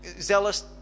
zealous